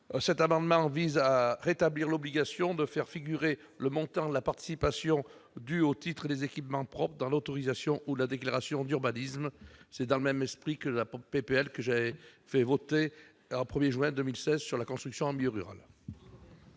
Cet amendement vise à rétablir l'obligation de faire figurer le montant de la participation due au titre des équipements propres dans l'autorisation ou la déclaration d'urbanisme. Il procède du même esprit que la proposition de loi visant à relancer la construction en milieu rural